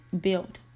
build